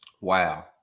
Wow